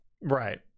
Right